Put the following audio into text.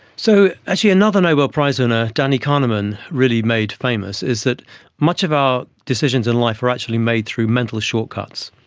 so actually another nobel prize winner, danny kahneman, really made famous is that much of our decisions in life are actually made through mental shortcuts.